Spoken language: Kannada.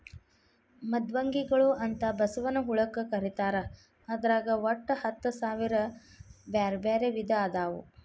ಮೃದ್ವಂಗಿಗಳು ಅಂತ ಬಸವನ ಹುಳಕ್ಕ ಕರೇತಾರ ಅದ್ರಾಗ ಒಟ್ಟ ಹತ್ತಸಾವಿರ ಬ್ಯಾರ್ಬ್ಯಾರೇ ವಿಧ ಅದಾವು